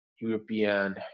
European